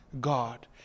God